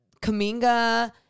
Kaminga